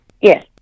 Yes